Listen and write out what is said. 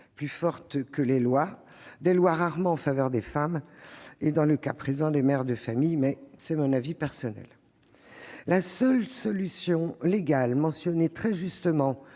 plus fortes que la loi. Les lois sont d'ailleurs rarement en faveur des femmes et, dans le cas présent, des mères de famille : ce n'est que mon avis personnel. La seule solution légale, mentionnée très justement